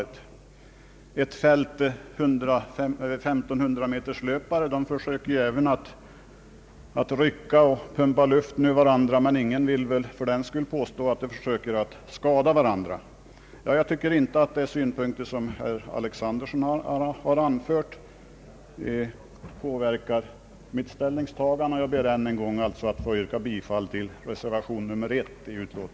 Även i ett fält med 1 500-meterslöpare försöker deltagarna »rycka» och pumpa luften ur varandra, men ingen vill väl fördenskull påstå att de försöker skada varandra. De synpunkter herr Alexanderson har anfört påverkar inte mitt ställningstagande, och jag ber alltså att ännu en gång få yrka bifall till reservation 1.